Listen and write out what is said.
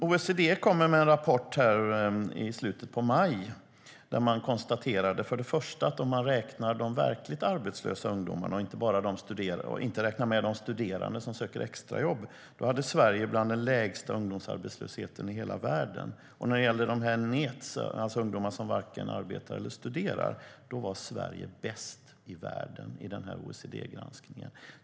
OECD kom med en rapport i slutet av maj där man konstaterade att om man räknar de verkligt arbetslösa ungdomarna, och inte räknar med de studerande som söker extrajobb, hade Sverige bland den lägsta ungdomsarbetslösheten i hela världen. När det gäller NEET, alltså ungdomar som varken arbetar eller studerar, var Sverige bäst i världen i denna OECD-granskning.